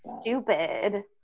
stupid